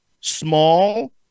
small